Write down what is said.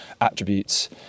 attributes